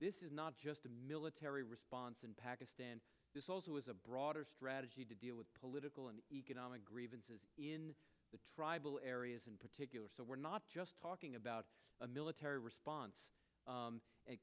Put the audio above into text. this is not just a military response in pakistan this also is a broader strategy to deal with political and economic grievances in the tribal areas in particular so we're not just talking about a military response